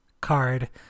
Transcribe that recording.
card